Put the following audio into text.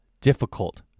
difficult